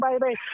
baby